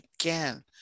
again